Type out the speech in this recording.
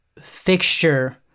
fixture